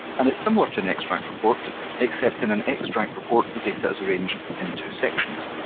and it's similar to an extract report, except in an extract report the data is arranged in two sections.